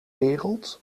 wereld